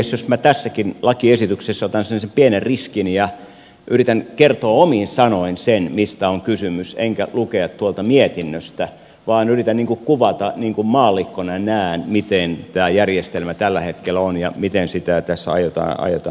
jos minä tässäkin lakiesityksessä otan sellaisen pienen riskin ja yritän kertoa omin sanoin sen mistä on kysymys enkä lukea tuolta mietinnöstä vaan yritän kuvata niin kuin maallikkona näen miten tämä järjestelmä tällä hetkellä on ja miten sitä tässä aiotaan kehittää